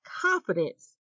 confidence